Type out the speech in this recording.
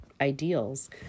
ideals